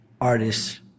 Artists